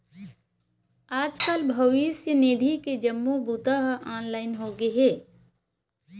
आजकाल भविस्य निधि के जम्मो बूता ह ऑनलाईन होगे हे